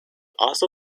also